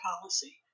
policy